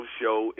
show